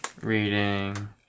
reading